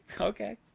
Okay